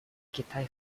китай